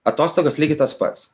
atostogos lygiai tas pats